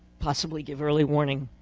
possibly give early warning.